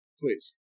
Please